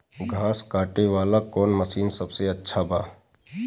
घास काटे वाला कौन मशीन सबसे अच्छा बा?